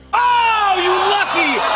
ah you lucky